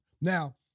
Now